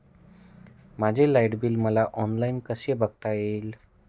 माझे light bill मला online कसे बघता येईल?